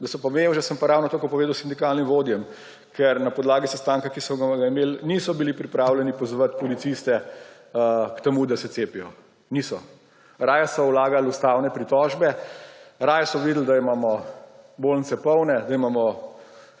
Da so pa mevže, sem pa ravno tako povedal sindikalnim vodjam, ker na podlagi sestanka, ki smo ga imeli, niso bili pripravljeni pozvati policistov k temu, da se cepijo, niso. Raje so vlagali ustavne pritožbe, raje so videli, da imamo bolnice polne, da imamo